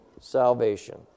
salvation